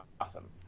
awesome